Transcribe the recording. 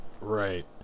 Right